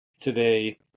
today